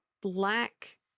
black